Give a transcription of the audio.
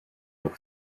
nog